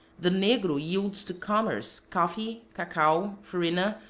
the negro yields to commerce coffee, cacao, farina,